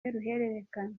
y’uruhererekane